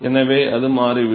எனவே அது மாறிவிடும்